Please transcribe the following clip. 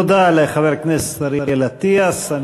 תודה לחבר הכנסת אריאל אטיאס.